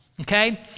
okay